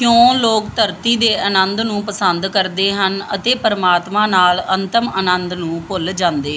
ਕਿਉਂ ਲੋਕ ਧਰਤੀ ਦੇ ਅਨੰਦ ਨੂੰ ਪਸੰਦ ਕਰਦੇ ਹਨ ਅਤੇ ਪਰਮਾਤਮਾ ਨਾਲ ਅੰਤਮ ਅਨੰਦ ਨੂੰ ਭੁੱਲ ਜਾਂਦੇ